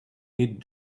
mid